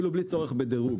אפילו בלי צורך בדירוג.